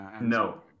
No